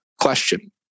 question